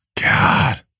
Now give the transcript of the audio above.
God